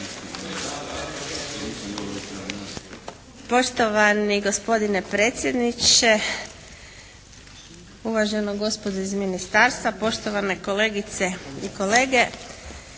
Poštovani gospodine predsjedniče, uvažena gospodo iz ministarstva, poštovane kolegice i kolege.